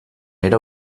era